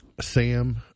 Sam